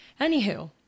anywho